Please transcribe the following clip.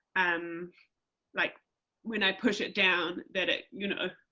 um like when i push it down that it, you know,